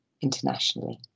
internationally